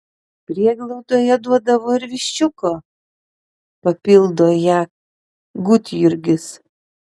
prieglaudoje duodavo ir viščiuko papildo ją gudjurgis